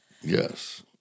Yes